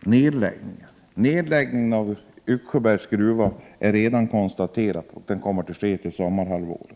nedläggning av gruvan i Yxsjöberg. Beslutet om nedläggningen av denna gruva är redan ett faktum, och nedläggningen kommer att ske vid halvårsskiftet 1989. Utskottet borde ha kunnat ta reda på det rätta förhållandet.